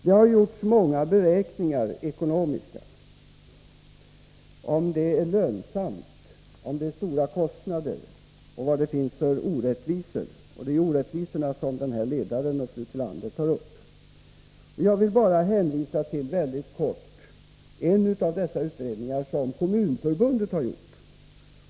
Det har gjorts många ekonomiska beräkningar för att ta reda på om barnomsorgen är lönsam, hur stora kostnaderna är och vad det finns för orättvisor. Det är ju orättvisorna som denna ledare och fru Tillander tar upp. Jag vill bara mycket kort hänvisa till en av dessa utredningar som Kommun förbundet har gjort.